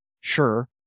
sure